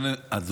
בבקשה.